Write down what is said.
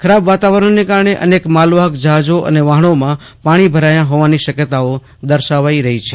ખરાબ વાતાવરણને કારણે અનેક માલવાહક જહાજો અને વહાણોમાં પાણી ભરાયા હોવાની શકયતાઓ દર્શાવાઇ રહી છે